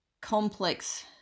complex